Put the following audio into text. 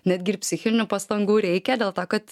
netgi ir psichinių pastangų reikia dėl to kad